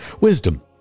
Wisdom